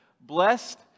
blessed